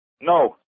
No